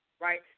right